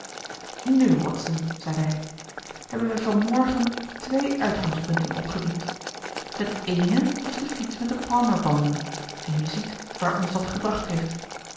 nu watson zeide hij hebben wij van morgen twee uitgangspunten opgediept het eene was de fiets met de palmerbanden en je ziet waar ons dat gebracht heeft